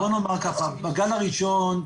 בגל הראשון,